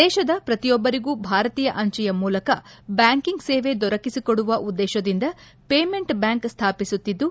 ದೇಶದ ಪ್ರತಿಯೊಬ್ಲರಿಗೂ ಭಾರತೀಯ ಅಂಚೆಯ ಮೂಲಕ ಬ್ಲಾಂಕಿಂಗ್ ಸೇವೆ ದೊರಕಿಸಿಕೊಡುವ ಉದ್ದೇಶದಿಂದ ಪೇಮೆಂಟ್ ಬ್ಹಾಂಕ್ ಸ್ವಾಪಿಸುತ್ತಿದ್ದು